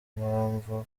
mpamvu